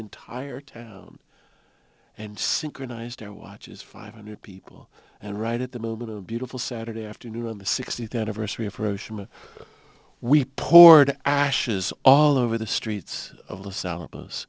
entire town and synchronized their watches five hundred people and right at the moment a beautiful saturday afternoon on the sixtieth anniversary of roshan we poured ashes all over the streets of los alamos